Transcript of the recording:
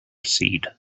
seed